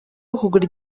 ukugura